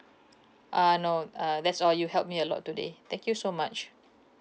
uh no uh that's all you help me a lot today thank you so much